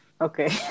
Okay